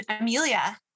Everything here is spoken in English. Amelia